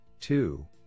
two